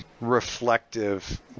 reflective